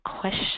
question